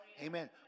Amen